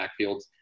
backfields